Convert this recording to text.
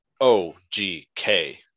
OGK